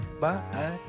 Bye